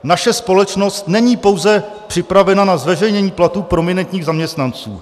Naše společnost není pouze připravena na zveřejnění platů prominentních zaměstnanců.